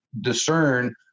discern